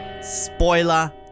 spoiler